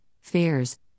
fairs